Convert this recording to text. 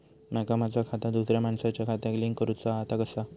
माका माझा खाता दुसऱ्या मानसाच्या खात्याक लिंक करूचा हा ता कसा?